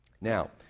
Now